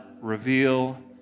reveal